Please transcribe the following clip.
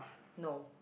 no